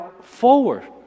forward